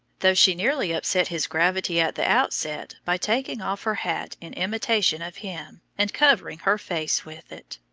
though she nearly upset his gravity at the outset by taking off her hat in imitation of him and covering her face with it.